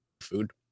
food